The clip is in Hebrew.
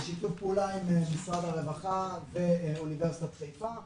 בשיתוף פעולה עם משרד הרווחה ואוניברסיטת חיפה.